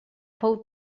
fou